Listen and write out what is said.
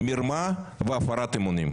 מרמה והפרת אמונים.